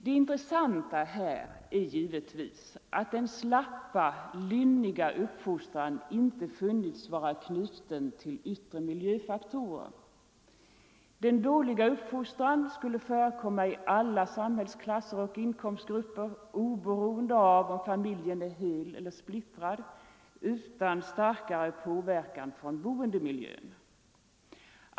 Det intressanta här är givetvis att den slappa och lynniga uppfostran inte befunnits vara knuten till yttre miljöfaktorer. Den dåliga uppfostran skulle förekomma i alla samhällsklasser och inkomstgrupper, oberoende av om familjen är hel eller splittrad, utan starkare påverkan från boendemiljön.